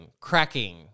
cracking